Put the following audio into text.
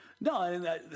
No